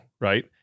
right